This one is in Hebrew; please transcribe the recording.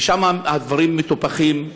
ושם הדברים מטופחים,